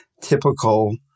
typical